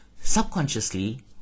subconsciously